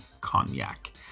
cognac